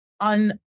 on